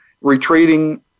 retreating